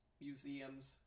museum's